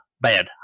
bad